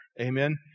Amen